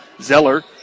Zeller